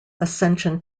accession